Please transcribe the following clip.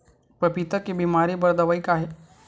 पपीता के बीमारी बर दवाई का हे?